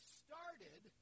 started